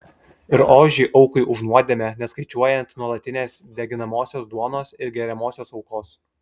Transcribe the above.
ir ožį aukai už nuodėmę neskaičiuojant nuolatinės deginamosios duonos ir geriamosios aukos